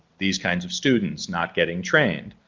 these kinds of students not getting trained,